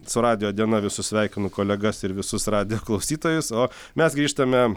su radijo diena visus sveikinu kolegas ir visus radijo klausytojus o mes grįžtame